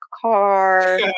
car